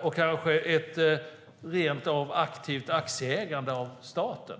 och kanske med ett aktivt aktieägande av staten?